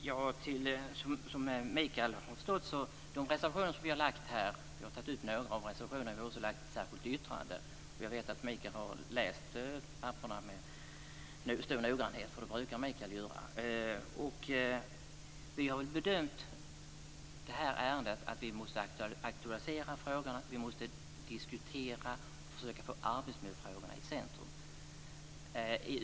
Herr talman! Som Mikael Odenberg förstår har jag tagit ut några av de reservationer som vi har gjort. Vi har också formulerat ett särskilt yttrande. Jag vet att Mikael Odenberg har läst papperen med stor noggrannhet, för det brukar han göra. Vi har i det här ärendet bedömt att vi måste aktualisera frågan, att vi måste diskutera och försöka få arbetsmiljöfrågorna i centrum.